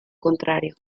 contrario